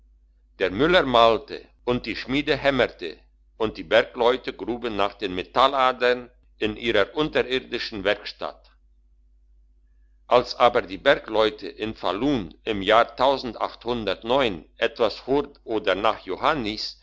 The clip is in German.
der müller mahlte und die schmiede hämmerten und die bergleute gruben nach den metalladern in ihrer unterirdischen werkstatt als aber die bergleute in falun im jahr etwas vor oder nach johannis